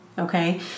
Okay